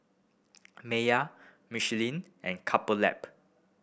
Mayer Michelin and Couple Lab